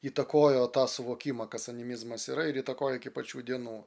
įtakojo tą suvokimą kas animizmas yra ir įtakoja iki pat šių dienų